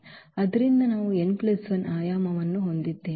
ಆದ್ದರಿಂದ ನಾವು n 1 ಆಯಾಮವನ್ನು ಹೊಂದಿದ್ದೇವೆ